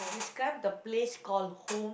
describe the place call home